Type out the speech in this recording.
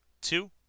two